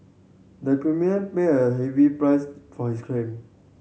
the criminal paid a heavy price for his crime